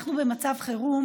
אנחנו במצב חירום